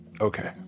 Okay